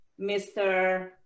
Mr